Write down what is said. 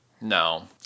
no